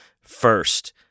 first